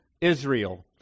Israel